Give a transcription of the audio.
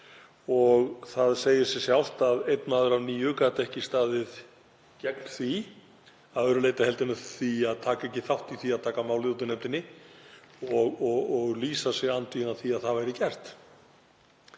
Það segir sig sjálft að einn maður af níu gat ekki staðið gegn því að öðru leyti en að taka ekki þátt í því að taka málið úr nefndinni og lýsa sig andvígan því að það væri gert.